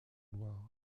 loire